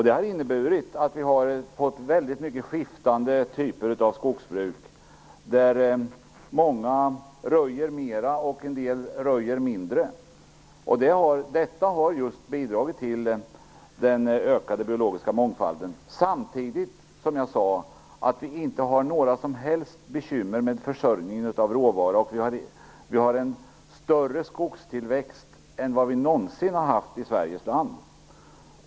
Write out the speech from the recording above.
Det har inneburit att vi har fått väldigt många skiftande typer av skogsbruk, att många röjer mer och en del röjer mindre. Detta har just bidragit till den ökade biologiska mångfalden. Samtidigt har vi, som jag sade, inte några som helst bekymmer med försörjning av råvara, och vi har en större skogstillväxt än vi någonsin har haft i Sveriges land.